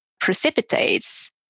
precipitates